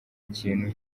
ikintu